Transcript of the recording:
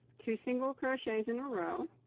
two single crochets in a row